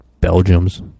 belgium's